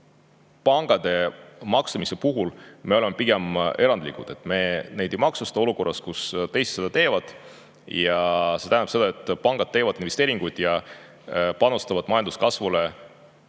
pankade [maksustamise] puhul me oleme pigem erandlikud, et me neid ei maksusta olukorras, kus teised seda teevad. See tähendab seda, et pangad teevad investeeringuid ja panustavad majanduskasvu